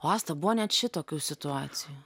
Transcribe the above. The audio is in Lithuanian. o asta buvo net šitokių situacijų